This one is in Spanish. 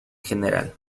general